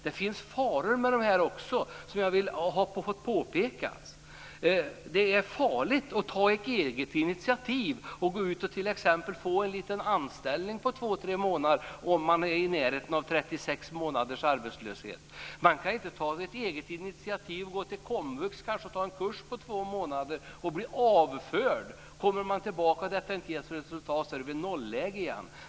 Det finns faror med det också som jag vill påpeka. Det är farligt att ta ett eget initiativ och gå ut och t.ex. få en anställning på två tre månader, om man är i närheten av 36 månaders arbetslöshet. Man kan inte ta ett eget initiativ och gå en kurs på Komvux på två månader, för man blir avförd. Kommer man tillbaka är det nolläge igen.